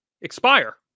Expire